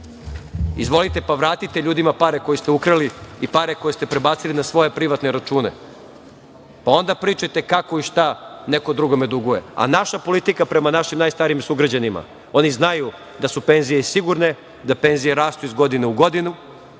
Izvolite pa vratite ljudima pare koje ste ukrali i pare koje ste prebacili na svoje privatne račune, pa onda pričajte kako i šta neko drugome duguje, a naša politika prema našim najstarijim sugrađanima, oni znaju da su penzije sigurne, da penzije rastu iz godine u godinu,